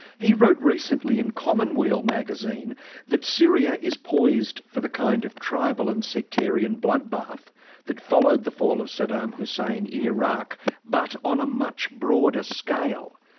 he wrote recently in commonweal magazine that syria is poised for the kind of tribal and sectarian bloodbath that followed the fall of saddam hussein in iraq but on a much broader scale.